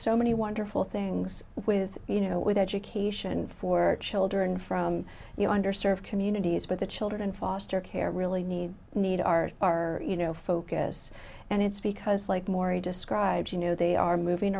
so many wonderful things with you know with education for children from under served communities but the children in foster care really need need are our you know focus and it's because like maureen described you know they are moving